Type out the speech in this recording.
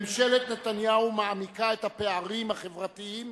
ממשלת נתניהו מעמיקה את הפערים החברתיים